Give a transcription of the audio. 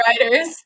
writers